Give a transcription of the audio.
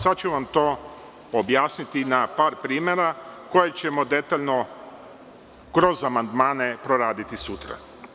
Sada ću vam to objasniti na par primera, koje ćemo detaljno kroz amandmane proraditi sutra.